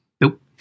Nope